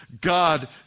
God